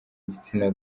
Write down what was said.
igitsina